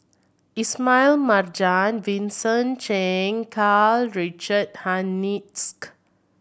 Ismail Marjan Vincent Cheng Karl Richard Hanitsch